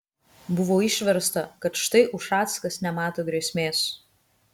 buvo išversta kad štai ušackas nemato grėsmės